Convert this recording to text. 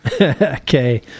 Okay